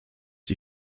die